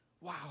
wow